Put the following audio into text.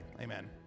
Amen